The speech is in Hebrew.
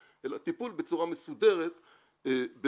אלא טיפול בצורה מסודרת במהגרים.